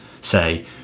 say